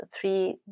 three